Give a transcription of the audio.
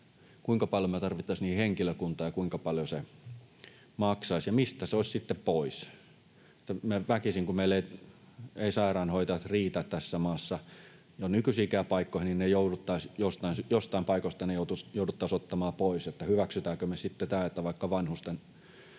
kuinka paljon me tarvittaisiin niihin henkilökuntaa ja kuinka paljon se maksaisi ja mistä se olisi sitten pois? Väkisinkin, kun meillä eivät sairaanhoitajat riitä tässä maassa jo nykyisiinkään paikkoihin, niin ne jouduttaisiin joistain paikoista ottamaan pois. Hyväksytäänkö me sitten tämä, että vaikka vanhusten